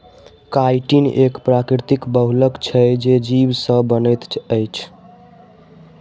chitin एक प्राकृतिक बहुलक छै जे जीव से बनैत अछि